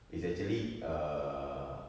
it's actually err